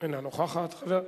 אינה נוכחת.